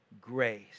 grace